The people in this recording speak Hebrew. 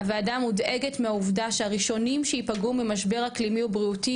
הוועדה מודאגת מהעובדה שהראשונים שייפגעו ממשבר אקלימי ובריאותי,